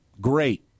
great